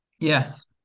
Yes